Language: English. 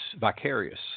vicarious